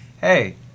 Hey